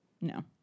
No